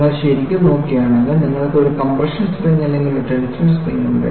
നിങ്ങൾ ശരിക്കും നോക്കുകയാണെങ്കിൽ നിങ്ങൾക്ക് ഒരു കംപ്രഷൻ സ്പ്രിംഗ് അല്ലെങ്കിൽ ഒരു ടെൻഷൻ സ്പ്രിംഗ് ഉണ്ട്